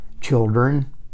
children